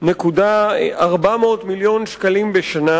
שקלים בשנה.